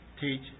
teach